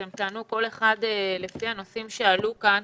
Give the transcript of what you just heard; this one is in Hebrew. אתם תענו כל אחד לפי הנושאים שעלו כאן.